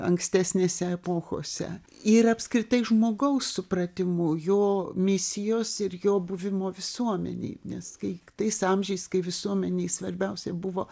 ankstesnėse epochose ir apskritai žmogaus supratimu jo misijos ir jo buvimo visuomenėj nes kai tais amžiais kai visuomenei svarbiausia buvo